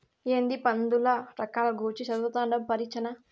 ఏందీ పందుల రకాల గూర్చి చదవతండావ్ పరీచ్చనా